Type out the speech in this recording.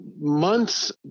months